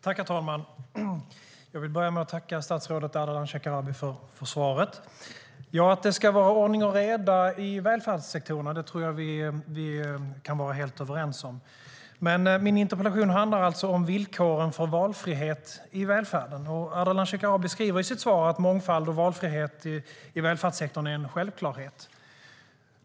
Herr talman! Jag vill börja med att tacka statsrådet Ardalan Shekarabi för svaret. Att det ska vara ordning och reda i välfärdssektorn tror jag att vi kan vara helt överens om. Min interpellation handlar dock om villkoren för valfrihet i välfärden. Ardalan Shekarabi skriver i sitt svar att mångfald och valfrihet i välfärdssektorn är en självklarhet.